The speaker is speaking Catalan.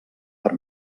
per